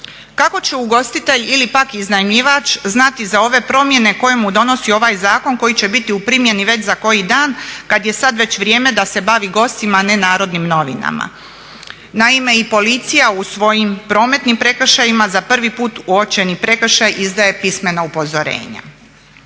Kako će ugostitelj ili pak iznajmljivač znati za ove promjene koje mu donosi ovaj zakon koji će biti u primjeni već za koji dan kada je sada već vrijeme da se bavi gostima a ne Narodnim novinama. Naime i policija u svojim prometnim prekršajima za prvi put uočeni prekršaj izdaje pismena upozorenja.